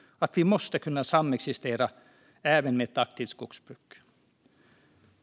Vi måste kunna samexistera även med ett aktivt skogsbruk.